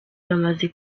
bamaze